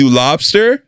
lobster